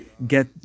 get